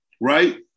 right